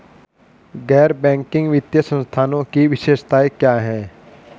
गैर बैंकिंग वित्तीय संस्थानों की विशेषताएं क्या हैं?